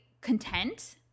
content